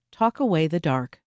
talkawaythedark